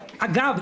אגב,